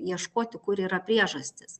ieškoti kur yra priežastys